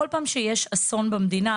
כל פעם שיש אסון במדינה,